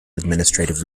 administrative